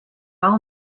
all